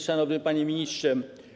Szanowny Panie Ministrze!